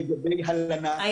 לגבי הלנה,